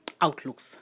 outlooks